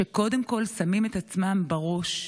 שקודם כול שמים את עצמם בראש,